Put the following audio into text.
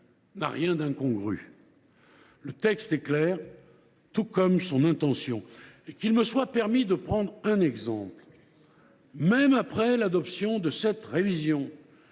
n’a rien d’incongru. Le texte est clair, tout comme son intention. Qu’il me soit permis de prendre un exemple : même après l’adoption de la présente révision